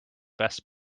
best